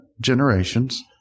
generations